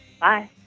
Bye